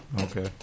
Okay